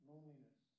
Loneliness